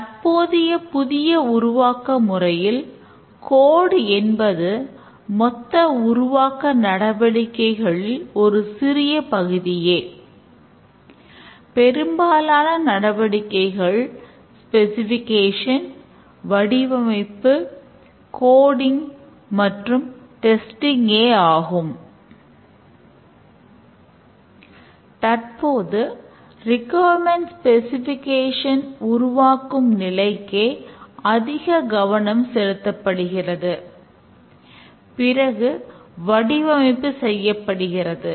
தற்போது requirement specification உருவாக்கும் நிலைக்கே அதிக கவனம் செலுத்தப்படுகிறது பிறகு வடிவமைப்பு செய்யப்படுகிறது